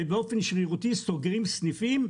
באופן שרירותי סוגרים סניפים,